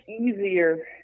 easier